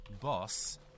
boss